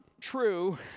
true